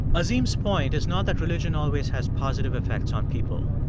azim's point is not that religion always has positive effects on people.